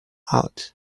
out